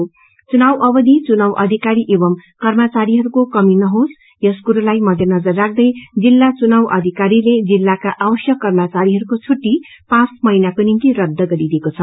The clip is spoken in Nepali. यसभन्दा अघ चुनाउ अवधि चुनाउ अधिकारी एंव कर्मचारीहरूको कमि नहोस् यस कुरोलाई मध्यनजर राख्दै जिल्ला चुनाउ अधिकारीले जिल्लाका आवश्यक कर्मचारीहरूको छुट्टी पाँच महिनाको निम्ति रद्द गरिदिएको छ